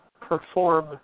perform